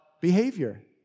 behavior